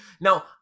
now